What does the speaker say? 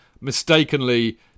mistakenly